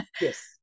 Yes